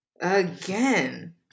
again